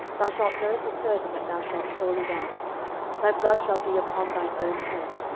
thou shalt know for certain that thou shalt surely die thy blood shall be upon thine own head.